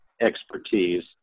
expertise